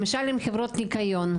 למשל: עם חברות ניקיון.